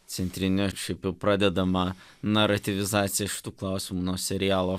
centrinė šiaip jau pradedama narativizacija iš tų klausimų nuo serialo